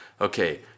okay